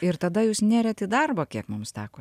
ir tada jūs nėrėt į darbą kiek mums teko